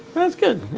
that's good.